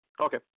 Okay